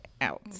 out